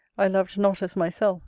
i loved not as myself